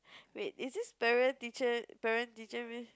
wait is this parent teacher parent teacher meet